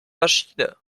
maschine